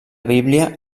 bíblia